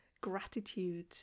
gratitude